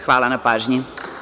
Hvala na pažnji.